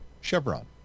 Chevron